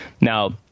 Now